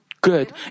good